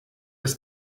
das